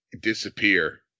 disappear